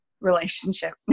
relationship